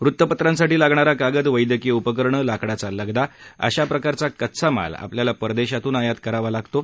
वृत्तपत्रांसाठी लागणारा कागद वैद्यकीय उपकरणं लाकडाचा लगदा अशा प्रकारचा कच्चा माल आपल्याला परदेशातून आयात करावा लागतो